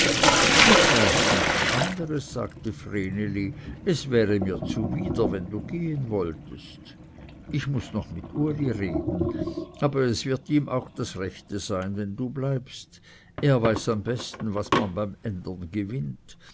ich weiß nichts anders sagte vreneli es wäre mir zuwider wenn du gehen wolltest ich muß noch mit uli reden aber es wird ihm auch das rechte sein wenn du bleibst er weiß am besten was man beim ändern gewinnt